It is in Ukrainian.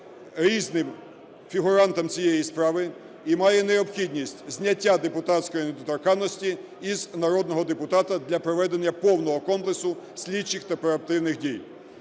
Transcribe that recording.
різним фігурантам цієї справи і має необхідність зняття депутатської недоторканності з народного депутата для проведення повного комплексу слідчих та оперативних дій.